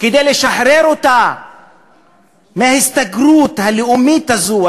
כדי לשחרר אותה מההסתגרות הלאומית הזאת,